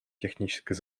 технической